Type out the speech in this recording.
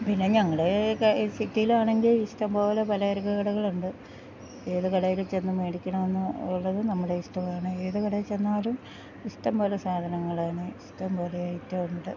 പിന്നെ ഞങ്ങടെയൊക്കെ ഈ സിറ്റീലാണങ്കി ഇഷ്ടംപോലെ പലചരക്ക് കടകള്ണ്ട് ഏത് കടേല് ചെന്ന് മേടിക്കണോന്ന് ഉള്ളത് നമ്മടെ ഇഷ്ടവാണ് ഏത് കടെ ചെന്നാലും ഇഷ്ടംപോലെ സാധനങ്ങളാണ് ഇഷ്ടംപോലെ ഐറ്റവുണ്ട്